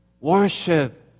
worship